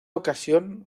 ocasión